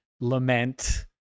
lament